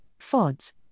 FODs